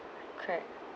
correct